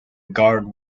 guard